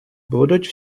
будуть